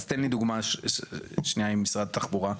אז תן לי דוגמה שנייה עם משרד התחבורה.